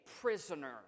prisoner